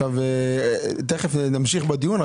תכף נמשיך בדיון.